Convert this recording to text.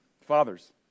Fathers